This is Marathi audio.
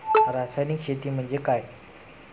रासायनिक शेती म्हणजे काय?